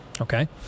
okay